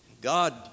God